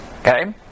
Okay